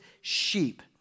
sheep